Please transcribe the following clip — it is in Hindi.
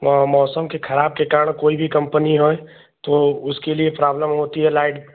म मौसम के खराब के कारण कोई भी कंपनी होए तो उसके लिये प्राब्लम होती है लाइट